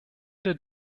der